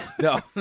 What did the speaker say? No